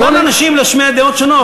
מותר לאנשים להשמיע דעות שונות.